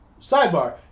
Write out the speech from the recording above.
sidebar